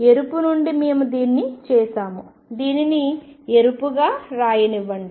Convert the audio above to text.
ఎరుపు నుండి మేము దీన్ని చేసాము దీనిని ఎరుపుగా వ్రాయనివ్వండి